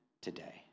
today